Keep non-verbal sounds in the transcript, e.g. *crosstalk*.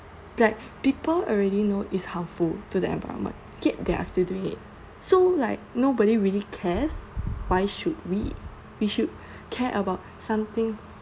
that people already know it's harmful to the environment yet they're still doing it so like nobody really cares why should we we should *breath* care about something